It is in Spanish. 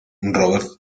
robert